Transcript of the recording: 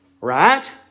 Right